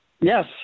Yes